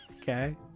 okay